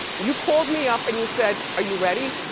you called me up and you said, are you ready?